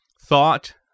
thought